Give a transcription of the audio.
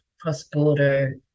cross-border